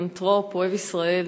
פילנתרופ אוהב ישראל,